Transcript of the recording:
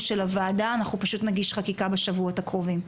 של הוועדה אנחנו פשוט נגיש חקיקה בשבועות הקרובים,